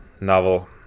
novel